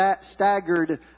staggered